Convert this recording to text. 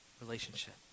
relationship